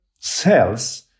cells